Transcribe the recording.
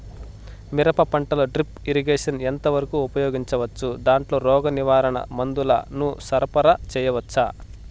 మిరప పంటలో drip irrigation ఎంత వరకు ఉపయోగించవచ్చు, దాంట్లో రోగ నివారణ మందుల ను సరఫరా చేయవచ్చా?